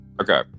okay